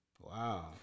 wow